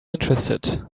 interested